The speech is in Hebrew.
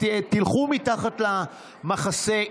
תלכו מתחת למחסה,